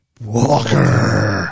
walker